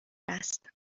است